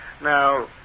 Now